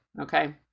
Okay